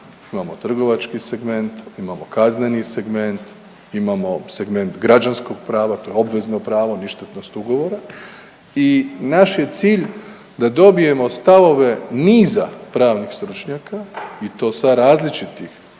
imamo trgovački segment, imamo kazneni segment, imamo segment građanskog prava to je obvezno pravo ništetnost ugovora, i naš je cilj da dobijemo stavove niza pravnih stručnjaka i to sa različitih